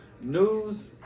news